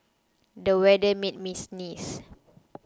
the weather made me sneeze